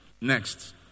Next